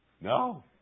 No